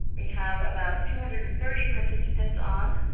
we have about two hundred and thirty participants on.